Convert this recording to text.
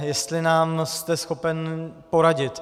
Jestli nám jste schopen poradit.